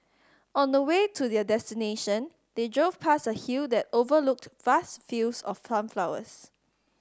on the way to their destination they drove past a hill that overlooked vast fields of sunflowers